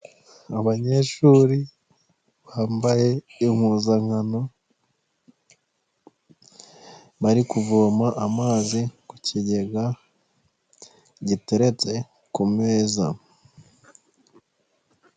Abanyeshuri bambaye impuzankano, bari kuvoma amazi ku kigega giteretse ku meza.